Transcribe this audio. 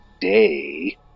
day